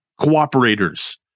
cooperators